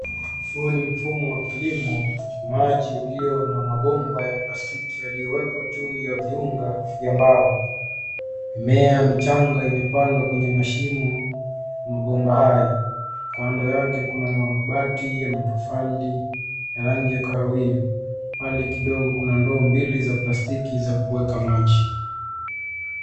Huu ni mfumo wa kilimo, maji uliyo na mabomba ya plastiki yaliyowekwa juu ya viunga vya mbao. Mimea michanga imepandwa kwenye mashimo ya mabomba hayo. Kando yake kuna mabati ya matofali ya rangi ya kahawia. Mbali kidogo kuna ndoo mbili za plastiki za kuweka maji.